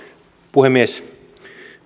puhemies